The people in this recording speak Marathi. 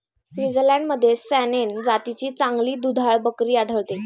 स्वित्झर्लंडमध्ये सॅनेन जातीची चांगली दुधाळ बकरी आढळते